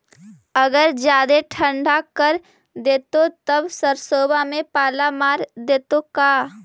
अगर जादे ठंडा कर देतै तब सरसों में पाला मार देतै का?